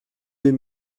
deux